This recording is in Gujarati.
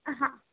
હા